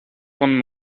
von